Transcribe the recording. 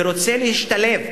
ורוצה להשתלב,